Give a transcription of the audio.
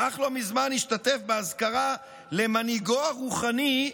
ואך לא מזמן השתתף באזכרה למנהיגו הרוחני,